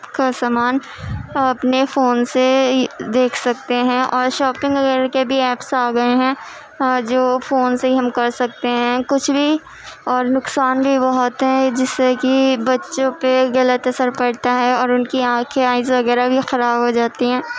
کا سامان ہم اپنے فون سے دیکھ سکتے ہیں اور شاپنگ وغیرہ کے بھی ایپس آ گئے ہیں جو فون سے ہی ہم کر سکتے ہیں کچھ بھی اور نقصان بھی بہت ہے جس سے کہ بچوں پہ غلط اثر پڑتا ہے اور ان کی آنکھیں آئیز وغیرہ بھی خراب ہو جاتی ہیں